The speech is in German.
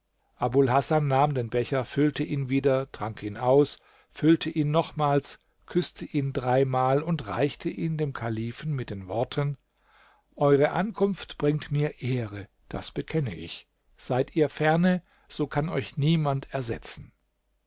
hasan nahm den becher füllte ihn wieder trank ihn aus füllte ihn nochmals küßte ihn dreimal und reichte ihn dem kalifen mit den worten eure ankunft bringt mir ehre das bekenne ich seid ihr ferne so kann euch niemand ersetzen